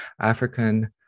African